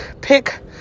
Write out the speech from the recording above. pick